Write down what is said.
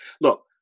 Look